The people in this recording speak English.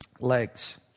legs